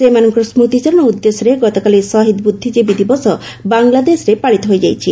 ସେମାନଙ୍କ ସ୍ତୁତିଚାରଣ ଉଦ୍ଦେଶ୍ୟରେ ଗତକାଲି ଶହୀଦ ବୃଦ୍ଧିଜ୍ଞୀବୀ ଦିବସ ବାଂଲାଦେଶରେ ପାଳିତ ହୋଇଛି